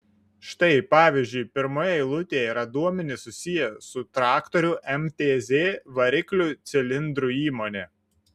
štai pavyzdžiui pirmoje eilutėje yra duomenys susiję su traktorių mtz variklių cilindrų įmone